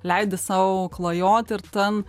leidi sau klajot ir ten